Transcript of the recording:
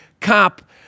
cop